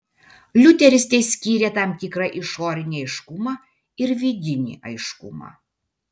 liuteris teskyrė tam tikrą išorinį aiškumą ir vidinį aiškumą